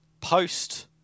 Post